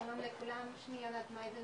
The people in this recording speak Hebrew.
שמי יונת מייזל,